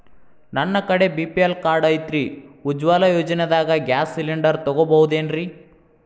ನನ್ನ ಕಡೆ BPL card ಐತ್ರಿ, ಉಜ್ವಲಾ ಯೋಜನೆದಾಗ ಗ್ಯಾಸ್ ಸಿಲಿಂಡರ್ ತೊಗೋಬಹುದೇನ್ರಿ?